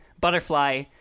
Butterfly